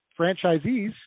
franchisees